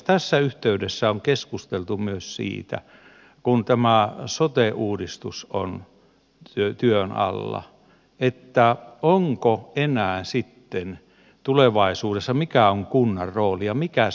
tässä yhteydessä kun tämä sote uudistus on työn alla on keskusteltu myös siitä mikä on kunnan rooli tulevaisuudessa ja mikä se kunta on